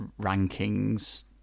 rankings